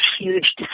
huge